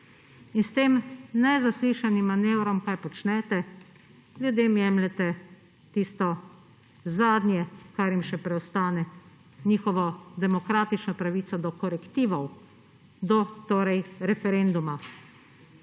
S tem nezaslišanim manevrom kaj počnete? Ljudem jemljete tisto zadnje, kar jim še preostane, njihovo demokratično pravico do korektivov, do referenduma.